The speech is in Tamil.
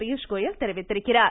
பியூஷ்கோயல் தெரிவித்திருக்கிறார்